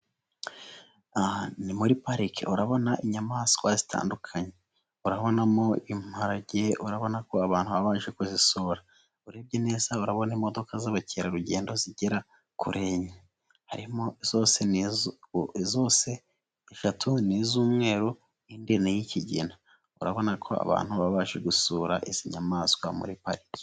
Aha ni muri Parike, urabona inyamaswa zitandukanye. Urabonamo imparage urabona ko abantu baba baje kuzisura. Urebye neza urabona imodoka z'abakerarugendo zigera kuri enye. Harimo zose eshatu n'iz'umweru indi n'iy'ikigina. Urabona ko abantu babasha gusura izi nyamaswa muri Parike.